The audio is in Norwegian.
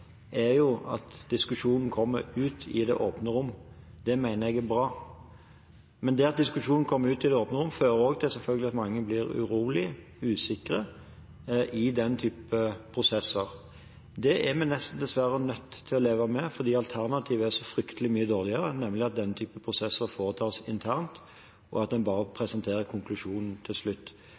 er at diskusjonen kommer ut i det åpne rom. Det mener jeg er bra, men det at diskusjonen kommer ut i det åpne rom, fører også selvfølgelig til at mange blir urolige og usikre i den typen prosesser. Det er vi dessverre nødt til å leve med, fordi alternativet er så fryktelig mye dårligere, nemlig at den typen prosesser foretas internt, og at en bare presenterer konklusjonen til slutt.